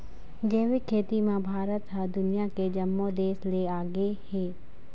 जैविक खेती म भारत ह दुनिया के जम्मो देस ले आगे हे